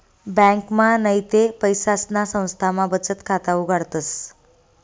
ब्यांकमा नैते पैसासना संस्थामा बचत खाता उघाडतस